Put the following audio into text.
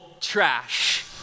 trash